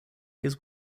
his